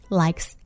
likes